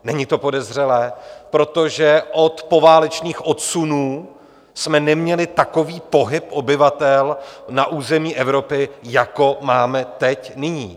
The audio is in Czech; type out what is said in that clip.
Není to podezřelé, protože od poválečných odsunů jsme neměli takový pohyb obyvatel na území Evropy, jako máme teď, nyní.